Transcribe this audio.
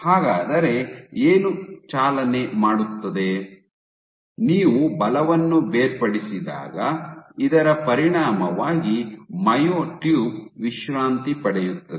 ಹಾಗಾದರೆ ಏನು ಚಾಲನೆ ಮಾಡುತ್ತದೆ ನೀವು ಬಲವನ್ನು ಬೇರ್ಪಡಿಸಿದಾಗ ಇದರ ಪರಿಣಾಮವಾಗಿ ಮೈಯೊಟ್ಯೂಬ್ ವಿಶ್ರಾಂತಿ ಪಡೆಯುತ್ತದೆ